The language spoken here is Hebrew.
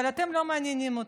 אבל אתם לא מעניינים אותי.